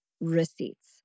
receipts